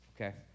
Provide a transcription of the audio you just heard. Okay